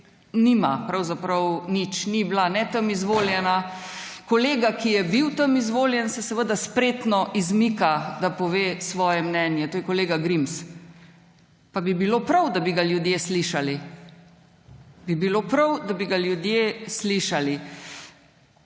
nima pravzaprav nič, ni bila ne tam izvoljena. Kolega, ki je bil tam izvoljen, se seveda spretno izmika, da pove svoje mnenje. To je kolega Grims. Pa bi bilo prav, da bi ga ljudje slišali. Bi bilo prav, da bi ga ljudje slišali.